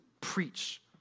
preach